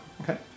Okay